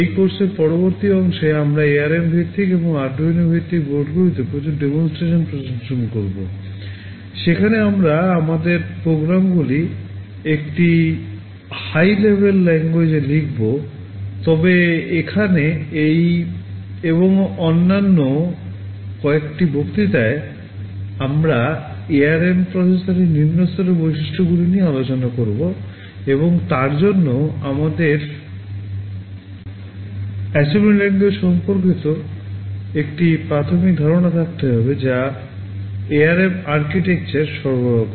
এই কোর্সের পরবর্তী অংশে আমরা ARM ভিত্তিক এবং আরডিনো সম্পর্কে একটি প্রাথমিক ধারণা থাকতে হবে যা ARM আর্কিটেকচার সরবরাহ করে